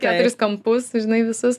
keturis kampus žinai visus